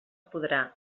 podrà